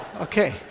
okay